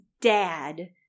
dad